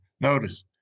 Notice